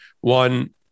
one